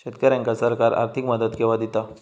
शेतकऱ्यांका सरकार आर्थिक मदत केवा दिता?